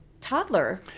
toddler